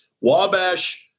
wabash